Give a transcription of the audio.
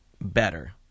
better